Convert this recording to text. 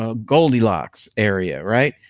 ah goldilocks area, right?